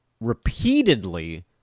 repeatedly